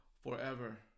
forever